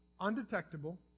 undetectable